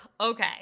Okay